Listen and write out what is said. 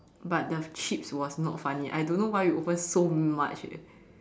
but the chips was not funny I don't know why we open so much leh